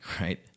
right